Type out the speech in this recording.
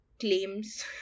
claims